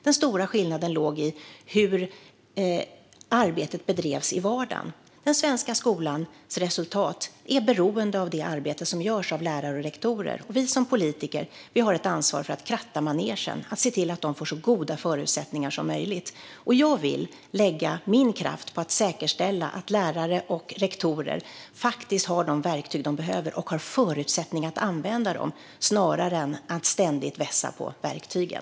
Den stora skillnaden låg i stället i hur arbetet bedrevs i vardagen. Den svenska skolans resultat är beroende av det arbete som görs av lärare och rektorer, och vi som politiker har ett ansvar för att kratta manegen och se till att de får så goda förutsättningar som möjligt. Jag vill lägga min kraft på att säkerställa att lärare och rektorer faktiskt har de verktyg de behöver och att de har förutsättningar att använda dem snarare än på att ständigt vässa verktygen.